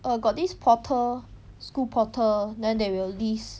err got this portal school portal then they will list